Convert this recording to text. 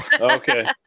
Okay